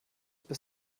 bis